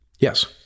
Yes